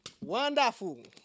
wonderful